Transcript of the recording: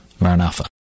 Maranatha